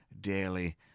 daily